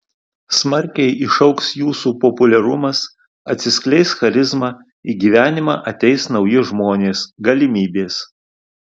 smarkiai išaugs jūsų populiarumas atsiskleis charizma į gyvenimą ateis nauji žmonės galimybės